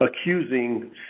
accusing